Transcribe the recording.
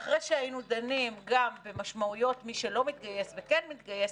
ואחרי שהיינו דנים גם במשמעויות מי שלא מתגייס וכן מתגייס,